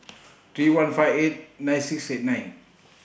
three one five eight nine six eight nine